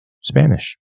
Spanish